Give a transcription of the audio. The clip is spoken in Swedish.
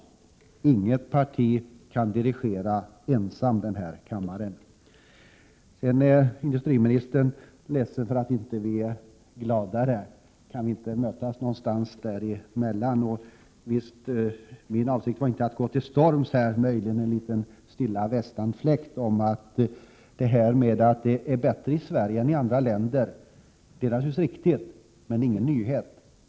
1987/88:127 Inget parti kan ensamt dirigera denna kammare. 26 maj 1988 Vidare är industriministern ledsen för att vi inte är gladare över utvecklingen. Kan vi inte mötas någonstans mittemellan? Min avsikt var här inte att gå till storms, utan att möjligen åstadkomma en liten stilla västanfläkt, när jag sade att det naturligtvis är riktigt att läget är bättre i Sverige än i andra länder men att detta inte är någon nyhet.